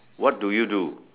what do you do